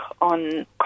on